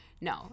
No